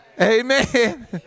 amen